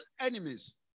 enemies